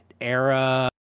era